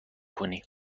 کنی